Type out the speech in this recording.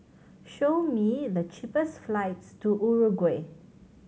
show me the cheapest flights to Uruguay